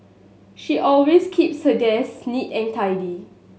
she always keeps her desk neat and tidy